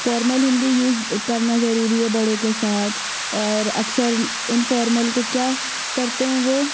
formal Hindi use करना ज़रूरी है बड़ो के साथ और अक्सर इनफ़ॉर्मल को क्या करते हैं वे